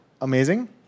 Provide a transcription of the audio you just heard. amazing